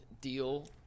deal